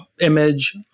image